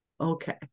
okay